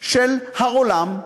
של העולם,